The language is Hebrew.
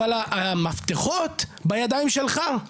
אבל המפתחות בידיים שלך,